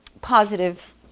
positive